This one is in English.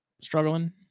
struggling